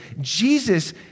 Jesus